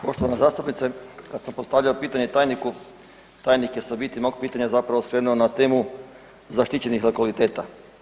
Poštovana zastupnice, kad sam postavljao pitanje tajniku, tajnik je sa biti mog pitanja zapravo skrenuo na temu zaštićenih lokaliteta.